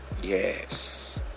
Yes